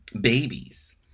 babies